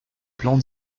plans